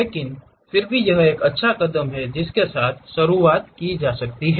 लेकिन फिर भी यह एक अच्छा कदम है जिसके साथ शुरुआत करनी है